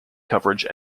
coverage